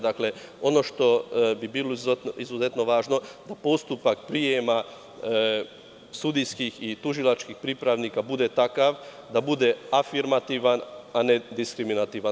Dakle, ono što bi bilo izuzetno važno jeste da postupak prijema sudijskih i tužilačkih pripravnika bude takav da bude afirmativan, a ne diskriminativan.